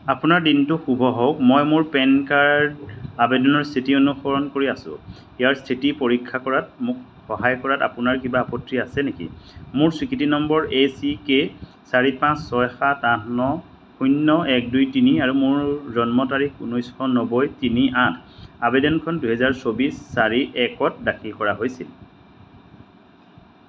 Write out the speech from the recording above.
আপোনাৰ দিনটো শুভ হওক মই মোৰ পেন কাৰ্ড আবেদনৰ স্থিতি অনুসৰণ কৰি আছোঁ ইয়াৰ স্থিতি পৰীক্ষা কৰাত মোক সহায় কৰাত আপোনাৰ কিবা আপত্তি আছে নেকি মোৰ স্বীকৃতি নম্বৰ এ চি কে চাৰি পাঁচ ছয় সাত আঠ ন শূন্য এক দুই তিনি আৰু মোৰ জন্ম তাৰিখ ঊনৈছশ নব্বৈ তিনি আঠ আবেদনখন দুহেজাৰ চৌবিছ চাৰি একত দাখিল কৰা হৈছিল